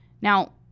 Now